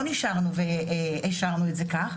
לא השארנו את זה כך,